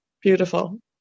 Beautiful